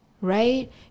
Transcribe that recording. right